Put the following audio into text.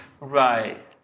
Right